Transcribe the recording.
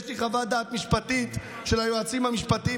יש לי חוות דעת משפטית של היועצים המשפטיים.